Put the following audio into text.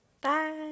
Bye